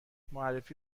معرفی